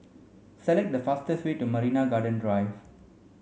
select the fastest way to Marina Garden Drive